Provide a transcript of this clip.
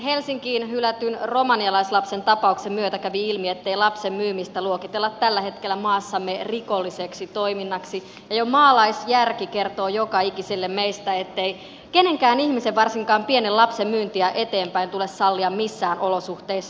helsinkiin hylätyn romanialaislapsen tapauksen myötä kävi ilmi ettei lapsen myymistä luokitella tällä hetkellä maassamme rikolliseksi toiminnaksi ja jo maalaisjärki kertoo joka ikiselle meistä ettei kenenkään ihmisen varsinkaan pienen lapsen myyntiä eteenpäin tule sallia missään olosuhteissa